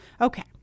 Okay